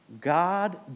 God